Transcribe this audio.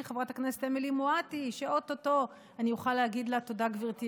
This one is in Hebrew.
בחודש נובמבר 2018 תוקנה תקנת הענפים,